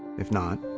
if not,